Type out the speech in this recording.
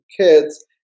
kids